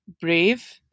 brave